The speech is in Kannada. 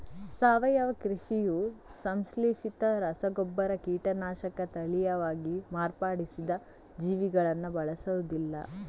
ಸಾವಯವ ಕೃಷಿಯು ಸಂಶ್ಲೇಷಿತ ರಸಗೊಬ್ಬರ, ಕೀಟನಾಶಕ, ತಳೀಯವಾಗಿ ಮಾರ್ಪಡಿಸಿದ ಜೀವಿಗಳನ್ನ ಬಳಸುದಿಲ್ಲ